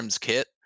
kit